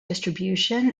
distribution